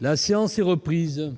La séance est reprise.